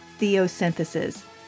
Theosynthesis